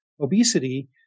obesity